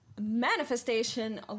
manifestation